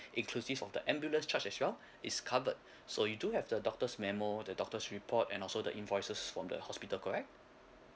inclusive of the ambulance charge as well is covered so you do have the doctor's memo the doctor's report and also the invoices from the hospital correct